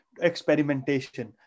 experimentation